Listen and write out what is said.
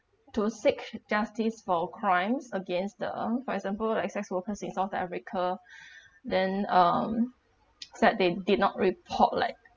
to seek justice for crimes against the for example like sex workers in south africa then um said they did not report like